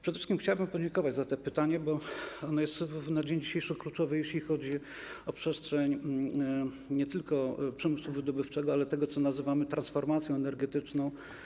Przede wszystkim chciałbym podziękować za to pytanie, bo ono jest na dzień dzisiejszy kluczowe, jeśli chodzi o przestrzeń nie tylko przemysłu wydobywczego, ale tego, co nazywamy transformacją energetyczną.